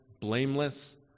blameless